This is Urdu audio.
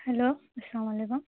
ہیلو السّلام علیکم